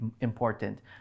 important